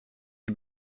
les